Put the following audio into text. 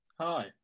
Hi